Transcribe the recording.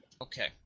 Okay